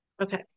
Okay